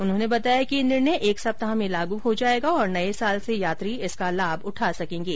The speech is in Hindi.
उन्होंने बताया कि यह निर्णय एक सप्ताह में लागू हो जायेगा और नये साल से यात्री इसका लाभ उठा सकेंगे